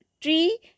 tree